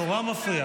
הרעש נורא מפריע.